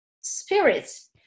spirits